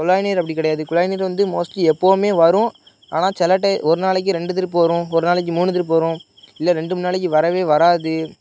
குழாய் நீர் அப்படி கிடையாது குழாய் நீர் வந்து மோஸ்ட்லி எப்போதுமே வரும் ஆனால் சில டைம் ஒரு நாளைக்கு ரெண்டு திருப்பு வரும் ஒரு நாளைக்கு மூணு திருப்பு வரும் இல்லை ரெண்டு மூணு நாளைக்கு வரவே வராது